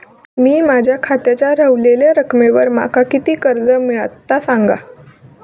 मी माझ्या खात्याच्या ऱ्हवलेल्या रकमेवर माका किती कर्ज मिळात ता सांगा?